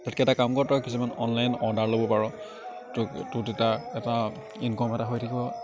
তাতকে এটা কাম কৰ তই কিছুমান অনলাইন অৰ্ডাৰ ল'ব পাৰ তোৰ তোৰ তেতিয়া এটা ইনকম এটা হৈ থাকিব